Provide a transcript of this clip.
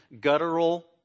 guttural